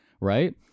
right